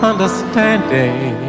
Understanding